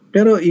Pero